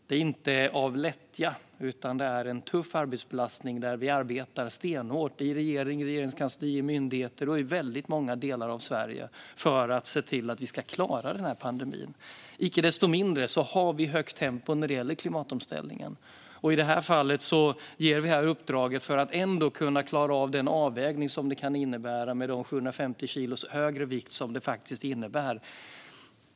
Det handlar inte om lättja, utan det är en tuff arbetsbelastning där vi arbetar stenhårt i regering, regeringskansli, myndigheter och väldigt många delar av Sverige för att klara den här pandemin. Icke desto mindre har vi högt tempo när det gäller klimatomställningen. I det här fallet ger vi detta uppdrag för att ändå kunna klara av den avvägning som en 750 kilo högre vikt faktiskt kan innebära.